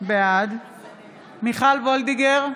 בעד מיכל וולדיגר,